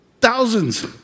Thousands